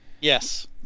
Yes